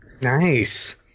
Nice